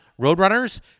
Roadrunners